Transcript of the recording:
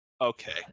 okay